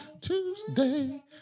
Tuesday